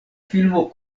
filmo